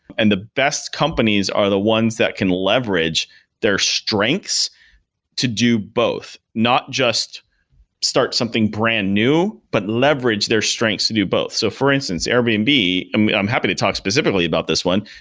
and the best companies are the ones that can leverage their strengths to do both, not just start something brand-new, but leverage their strengths to do both. so for instance, airbnb, i'm i'm happy to talk specifically about this one,